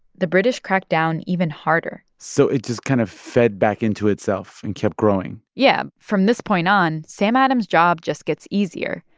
the british cracked down even harder so it just kind of fed back into itself and kept growing yeah. from this point on, sam adams' job just gets easier.